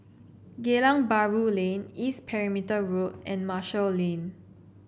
Geylang Bahru Lane East Perimeter Road and Marshall Lane